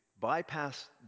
bypass